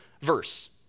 verse